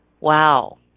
Wow